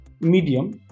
Medium